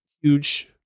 huge